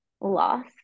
loss